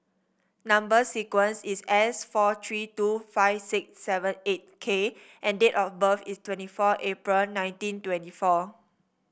number sequence is S four three two five six seven eight K and date of birth is twenty four April nineteen twenty four